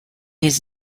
his